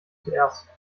zuerst